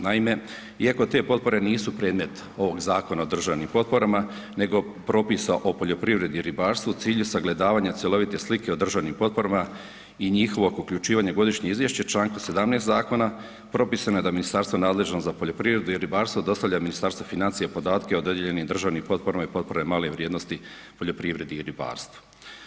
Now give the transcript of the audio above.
Naime, iako te potpore nisu predmet ovog Zakona o državnim potporama nego propisa o poljoprivredi i ribarstvu u cilju sagledavanja cjelovite slike o državnim potporama i njihovo uključivanje u godišnje izvješće u članku 17. zakona, propisano je da Ministarstvo nadležno za poljoprivredu i ribarstvo dostavlja Ministarstvu financija podatke o dodijeljenim državnim potporama i potpore male vrijednosti poljoprivredi i ribarstvu.